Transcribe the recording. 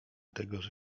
tegoż